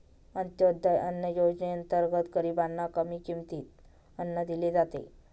अंत्योदय अन्न योजनेअंतर्गत गरीबांना कमी किमतीत अन्न दिले जाते